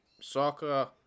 soccer